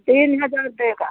तीन हज़ार देगा